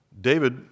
David